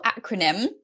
acronym